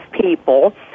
people